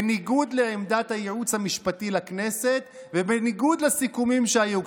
בניגוד לעמדת הייעוץ המשפטי לכנסת ובניגוד לסיכומים שהיו.